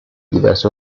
diverse